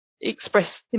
express